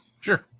Sure